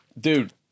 Dude